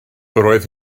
roedd